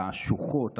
והשוחות,